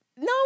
No